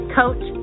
coach